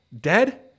dead